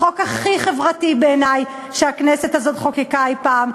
החוק הכי חברתי בעיני שהכנסת הזאת חוקקה אי-פעם.